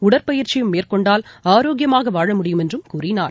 உடற்பயிற்சியும் மேற்கொண்டால் ஆரோக்கியமாகவாழ முடியும் என்றும் கூறினார்